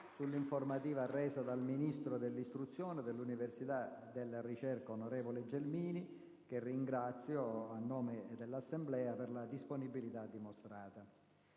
sull'informativa del ministro dell'istruzione, dell'università e della ricerca, onorevole Gelmini, che ringrazio, a nome dell'Assemblea, per la disponibilità dimostrata.